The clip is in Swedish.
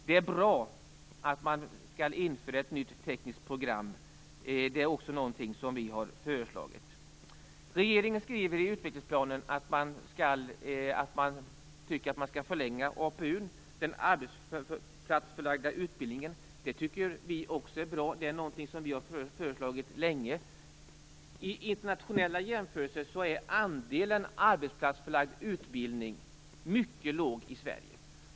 Det är bra att det skall införas ett nytt tekniskt program - det har vi också föreslagit. Regeringen skriver i utvecklingsplanen att APU, den arbetsplatsförlagda utbildningen, bör förlängas. Vi tycker att det är bra - det är någonting som vi länge har föreslagit. I internationell jämförelse är andelen arbetsplatsförlagd utbildning mycket låg i Sverige.